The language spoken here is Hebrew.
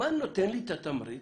מה נותן לי את התמריץ